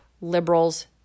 liberals